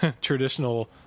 traditional